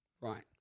Right